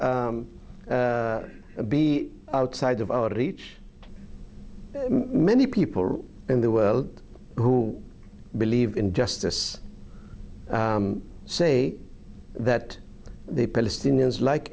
y be outside of our reach many people in the world who believe in justice say that the palestinians like